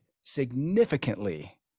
significantly